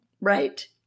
Right